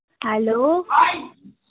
hello